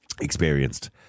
experienced